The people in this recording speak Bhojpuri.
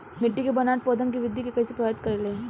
मिट्टी के बनावट पौधन के वृद्धि के कइसे प्रभावित करे ले?